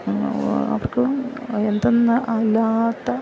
അവർക്കും എന്തെന്നില്ലാത്ത